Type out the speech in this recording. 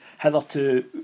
hitherto